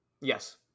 Yes